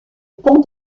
pont